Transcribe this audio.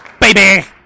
Baby